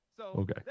Okay